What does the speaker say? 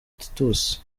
titus